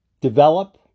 develop